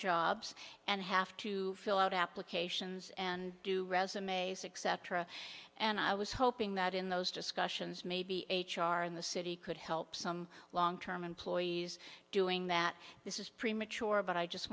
jobs and have to fill out applications and do resumes except for and i was hoping that in those discussions maybe h r in the city could help some long term employees doing that this is premature but i just